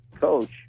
coach